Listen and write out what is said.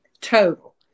total